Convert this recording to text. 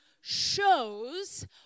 shows